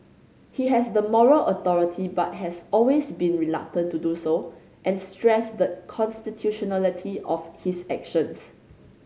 he has the moral authority but has always been reluctant to do so and stressed the constitutionality of his actions